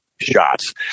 shots